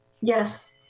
Yes